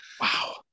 wow